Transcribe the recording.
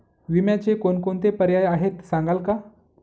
विम्याचे कोणकोणते पर्याय आहेत सांगाल का?